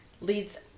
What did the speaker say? leads